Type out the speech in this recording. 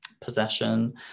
possession